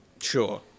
Sure